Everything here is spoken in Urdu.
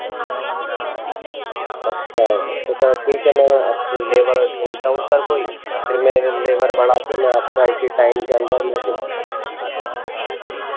اچھا تو سر ٹھیک ہے میں لیبر ڈھونڈتا ہوں سر کوئی پھر میں لیبر بڑھا کے میں آپ کا اسی ٹائم کے اندر میں کچھ